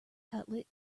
cutlet